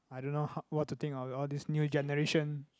I don't know how what to think of all these new generation